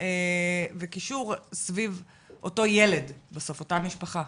וקישור סביב אותו ילד, בסוף אותה משפחה?